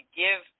give